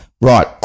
Right